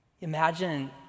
Imagine